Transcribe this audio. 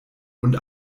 und